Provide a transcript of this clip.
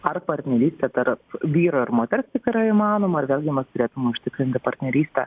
ar partnerystė tarp vyro ir moters tik yra įmanoma ir vėlgi mes turėtumėm užtikrinti partnerystę